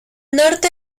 norte